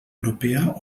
europea